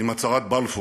עם הצהרת בלפור,